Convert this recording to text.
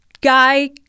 guy